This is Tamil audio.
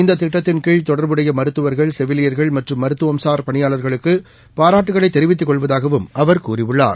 இந்த திட்டத்தின்கீழ் தொடர்புடைய மருத்துவர்கள் செவிலியர்கள் மற்றும் மருத்துவம்சார் பணியாளர்களுக்கு பாராட்டுக்களைதெரிவித்துக் கொள்வதாகவும் அவர் கூறியுள்ளார்